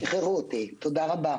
תודה רבה.